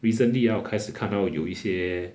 recently ah 我开始看到有一些